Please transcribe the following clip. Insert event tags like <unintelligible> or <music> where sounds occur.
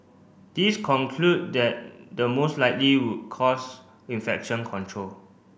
this conclude that the most likely <unintelligible> cause infection control